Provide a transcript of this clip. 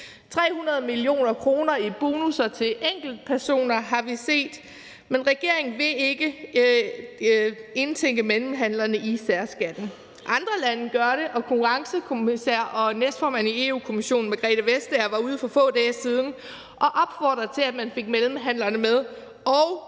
300 mio. kr. i bonusser til enkeltpersoner har vi set, men regeringen vil ikke indtænke mellemhandlerne i særskatten. Andre lande gør det, og konkurrencekommissær og næstformand i Europa-Kommissionen Margrethe Vestager var for få dage siden ude at opfordre til, at man fik mellemhandlerne med,